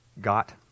got